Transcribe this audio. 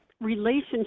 relationship